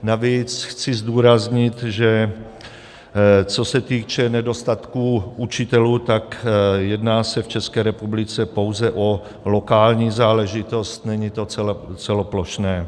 Navíc chci zdůraznit, že co se týče nedostatku učitelů, jedná se v České republice pouze o lokální záležitost, není to celoplošné.